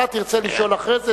אתה תרצה לשאול אחרי זה,